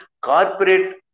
corporate